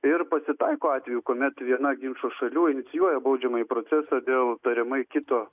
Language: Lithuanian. ir pasitaiko atvejų kuomet viena ginčo šalių inicijuoja baudžiamąjį procesą dėl tariamai kito